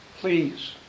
Please